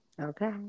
Okay